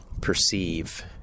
perceive